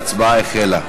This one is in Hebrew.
ההצבעה החלה.